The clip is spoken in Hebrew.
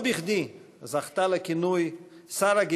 לא בכדי היא זכתה לכינוי "שרה,